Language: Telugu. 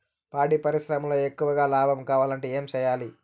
పాడి పరిశ్రమలో ఎక్కువగా లాభం కావాలంటే ఏం చేయాలి?